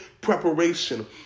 preparation